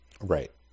Right